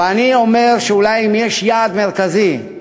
אבל אני אומר שאם יש יעד מרכזי,